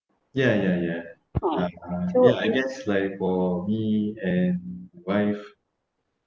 ya ya ya uh ya I guess like for me and wife